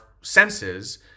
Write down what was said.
senses